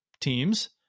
teams